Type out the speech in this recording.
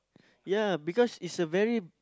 ya because it's a very